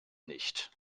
nicht